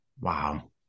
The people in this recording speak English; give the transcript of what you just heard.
Wow